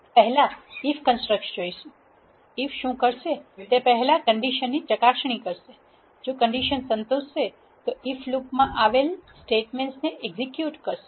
પહેલા if construct જોઇશુ if શું કરશે કે તે પહેલા કંડિશન ની ચકાસણી કરશે જો કંડિશન સંતોષશે તો ઇફ લુપ મા આવેલ સ્ટેટમેન્ટ ને એક્ઝેક્યુટ કરશે